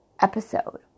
episode